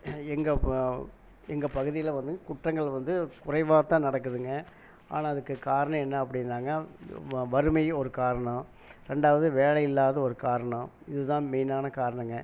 எங்கள் எங்கள் பகுதியில் வந்து குற்றங்கள் வந்து குறைவாக தான் நடக்குதுங்க ஆனால் அதுக்கு காரணம் என்ன அப்படினாங்க வறுமை ஒரு காரணம் ரெண்டாவது வேலை இல்லாத ஒரு காரணம் இதுதான் மெயினான காரணம்ங்க